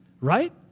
right